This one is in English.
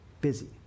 busy